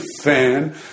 fan